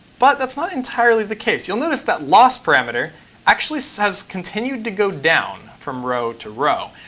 but that's not entirely the case. you'll notice that loss parameter actually so has continued to go down from row to row.